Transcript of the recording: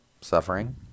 suffering